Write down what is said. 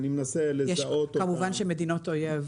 אני מנסה לזהות אותן --- כמובן שמדינות אויב